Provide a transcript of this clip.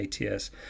ats